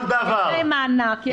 יש להם מענק --- כל דבר.